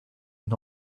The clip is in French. une